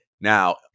Now